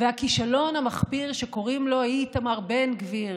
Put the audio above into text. והכישלון המחפיר שקוראים לו איתמר בן גביר,